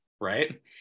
right